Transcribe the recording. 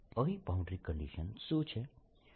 અહીં boundary condition શું છે